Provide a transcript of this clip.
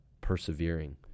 persevering